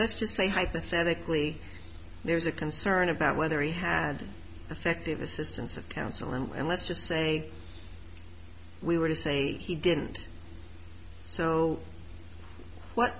let's just say hypothetically there's a concern about whether he had affected the systems of counsel and let's just say we were to say he didn't so what